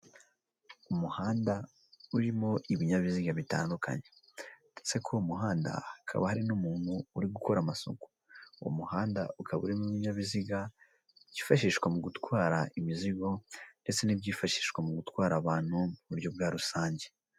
Umuhanda urimo ibinyabiziga bitandukanye ndetse kuruwo muhanda hakaba hari n'umuntu uri gukora amasuku, uwo muhanda ukaba urimo ibinyabiziga byifashishwa mu gutwara imizigo ndetse n'ibyifashishwa mu gutwara abantu mu buryo bwa rusange.